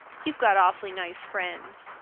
you've got awfully nice friends,